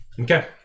Okay